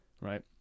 right